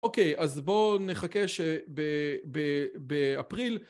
אוקיי, אז בוא נחכה שבאפריל